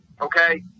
okay